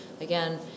again